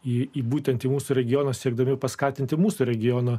į būtent į mūsų regioną siekdami paskatinti mūsų regiono